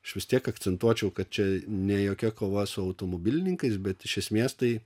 aš vis tiek akcentuočiau kad čia ne jokia kova su automobilininkais bet iš esmės tai